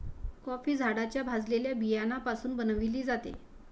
coffee झाडाच्या भाजलेल्या बियाण्यापासून बनविली जाते